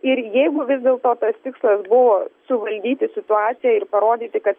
ir jeigu vis dėlto tas tikslas buvo suvaldyti situaciją ir parodyti kad